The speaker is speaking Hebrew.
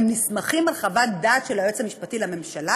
הם נסמכים על חוות דעת של היועץ המשפטי לממשלה,